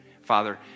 Father